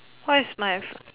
what is my